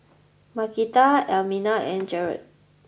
Markita Elmina and Jarod